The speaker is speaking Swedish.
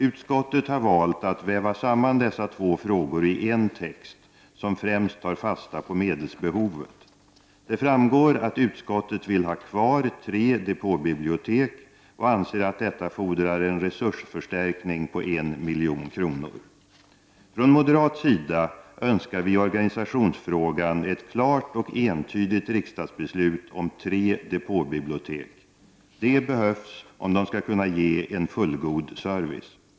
Utskottet har valt att väva samman dessa frågor i en text som främst tar fasta på medelsbehovet. Det framgår att utskottet vill ha kvar tre depåbibliotek och anser att detta fordrar en resursförstärkning på en miljon kronor. Från moderat sida önskar vi i organisationsfrågan ett klart och entydigt riksdagsbeslut om tre depåbibliotek. Det antalet behövs om de skall kunna ge en fullgod service.